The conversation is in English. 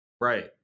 Right